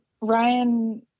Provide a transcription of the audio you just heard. Ryan